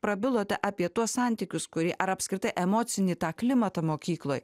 prabilote apie tuos santykius kurie ar apskritai emocinį klimatą mokykloj